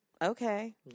Okay